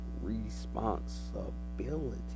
responsibility